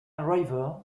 river